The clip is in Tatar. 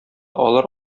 алар